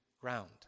ground